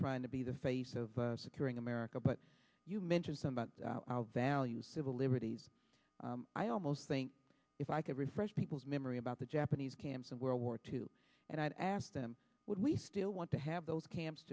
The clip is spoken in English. trying to be the face of securing america but you mentioned some about our values civil liberties i almost think if i could refresh people's memory about the japanese camps in world war two and i asked them would we still want to have those camps